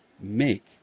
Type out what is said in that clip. make